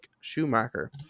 Schumacher